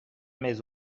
mets